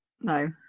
No